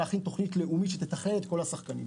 להכין תוכנית לאומית שתתכלל את כל השחקנים.